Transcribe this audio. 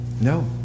No